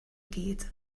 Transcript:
gyd